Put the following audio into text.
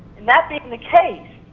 and that being the case,